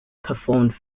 performed